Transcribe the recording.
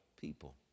people